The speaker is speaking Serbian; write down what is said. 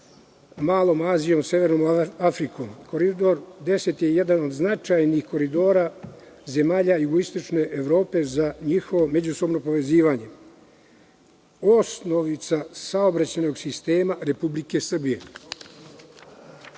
Malom Azijom, severnom Afrikom. Koridor 10 je jedan od značajnijih koridora zemalja jugoistočne Evrope za njihovo međusobno povezivanje, osnovica saobraćajnog sistema Republike